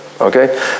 okay